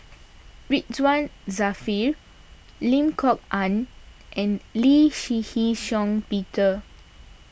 Ridzwan Dzafir Lim Kok Ann and Lee Shih Shiong Peter